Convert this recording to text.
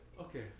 Okay